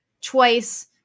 twice